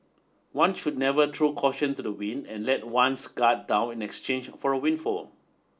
one should never throw caution to the wind and let one's guard down in exchange for a windfall